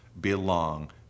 belong